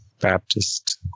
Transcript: Baptist